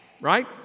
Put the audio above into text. right